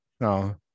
no